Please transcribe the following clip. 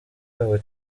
yabo